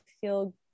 feel